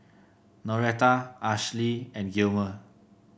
Noretta Ashli and Gilmer